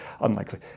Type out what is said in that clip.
Unlikely